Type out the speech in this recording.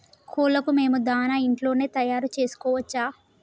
కోళ్లకు మేము దాణా ఇంట్లోనే తయారు చేసుకోవచ్చా?